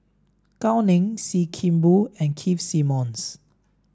Gao Ning Sim Kee Boon and Keith Simmons